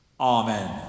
Amen